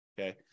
okay